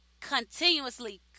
Continuously